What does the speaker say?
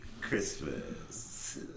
Christmas